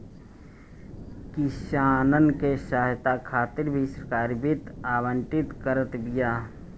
किसानन के सहायता खातिर भी सरकार वित्त आवंटित करत बिया